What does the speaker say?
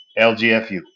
LGFU